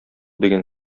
дигән